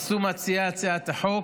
עשו מציעי הצעת החוק,